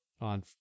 on